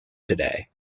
today